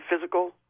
physical